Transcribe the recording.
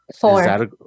Four